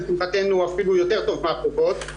לשמחתנו אפילו יותר טוב מהקופות.